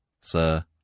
Sir